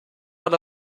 out